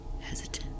hesitant